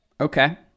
Okay